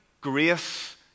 grace